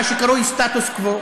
מה שקרוי סטטוס קוו,